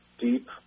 deep